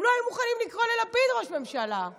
הם לא היו מוכנים לקרוא ללפיד ראש ממשלה,